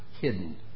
hidden